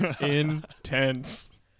Intense